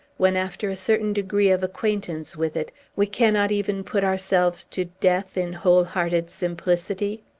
when, after a certain degree of acquaintance with it, we cannot even put ourselves to death in whole-hearted simplicity?